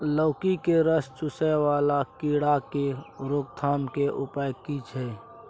लौकी के रस चुसय वाला कीरा की रोकथाम के उपाय की छै?